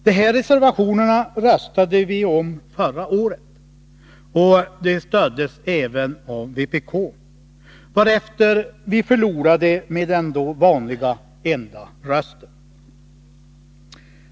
De här reservationerna röstade vi om förra året, och de stöddes även av vpk, varefter vi förlorade med den då vanliga enda rösten.